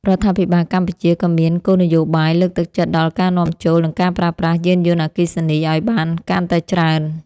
រដ្ឋាភិបាលកម្ពុជាក៏មានគោលនយោបាយលើកទឹកចិត្តដល់ការនាំចូលនិងការប្រើប្រាស់យានយន្តអគ្គិសនីឱ្យបានកាន់តែច្រើន។